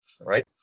right